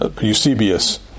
Eusebius